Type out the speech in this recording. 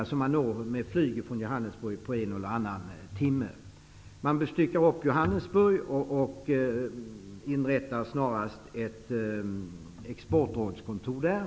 Dessa länder når man med flyg från Johannesburg på 1--2 timmar. Man kan dela upp Johannesburg och snarast inrätta ett exportrådskontor där.